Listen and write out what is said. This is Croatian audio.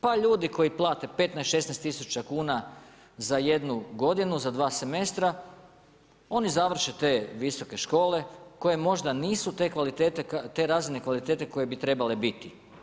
Pa ljudi koji plate 15, 16 tisuća kuna, za jednu godinu, za dva semestra, oni završe te visoke škole, koji možda nisu te razine kvalitete koje bi trebale biti.